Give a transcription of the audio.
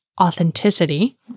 authenticity